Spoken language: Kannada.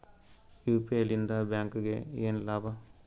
ಯು.ಪಿ.ಐ ಲಿಂದ ಬ್ಯಾಂಕ್ಗೆ ಏನ್ ಲಾಭ?